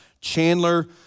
Chandler